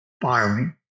filing